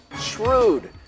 Shrewd